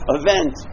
event